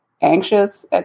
anxious